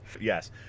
yes